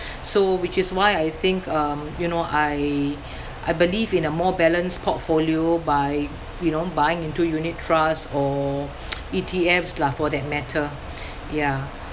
so which is why I think um you know I I believe in a more balanced portfolio by you know buying into unit trust or E_T_Fs lah for that matter ya